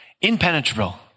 impenetrable